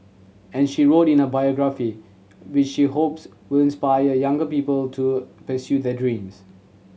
and she wrote in a biography which she hopes will inspire younger people to pursue their dreams